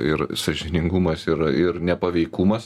ir sąžiningumas ir ir nepaveikumas